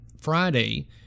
Friday